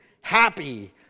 happy